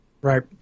Right